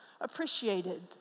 appreciated